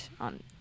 on